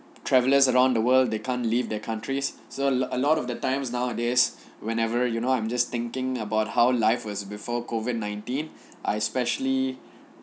travelers around the world they can't leave their countries so a lot of the times nowadays whenever you know I'm just thinking about how life was before COVID nineteen ah especially